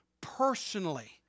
personally